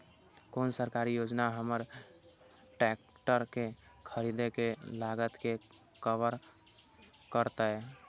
कोन सरकारी योजना हमर ट्रेकटर के खरीदय के लागत के कवर करतय?